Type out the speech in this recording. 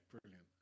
brilliant